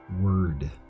word